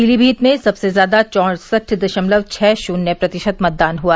पीलीमीत में सबसे ज्यादा चौसठ दशमलव छः शुन्य प्रतिशम मतदान हुआ